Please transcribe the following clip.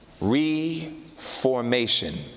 Reformation